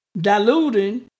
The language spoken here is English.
Diluting